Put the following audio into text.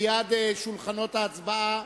ליד שולחנות ההצבעה,